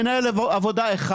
מנהל עבודה אחד,